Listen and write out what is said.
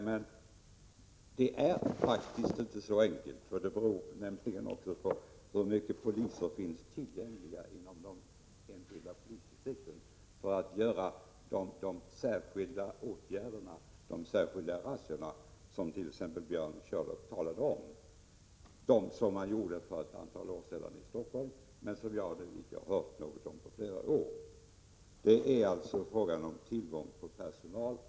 Men det är faktiskt inte så enkelt; det beror nämligen också på hur många poliser som finns tillgängliga inom de enskilda polisdistrikten för att göra de särskilda razzior Björn Körlof talade om — razzior som gjordes för ett antal år sedan i Stockholm men som jag inte hört något om på flera år. Det är alltså fråga om tillgång till personal.